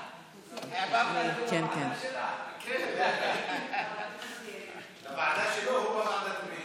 הנושא לוועדת הפנים והגנת הסביבה נתקבלה.